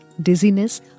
dizziness